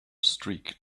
streak